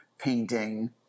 painting